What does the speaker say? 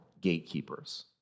gatekeepers